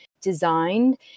designed